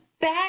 back